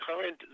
current